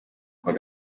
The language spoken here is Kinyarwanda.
kuwa